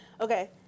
Okay